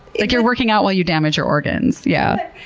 like you're working out while you damage your organs, yeah.